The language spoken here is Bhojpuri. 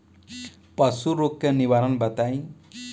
पशु रोग के निवारण बताई?